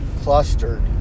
clustered